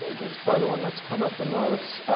this is probably the one that's come up the most.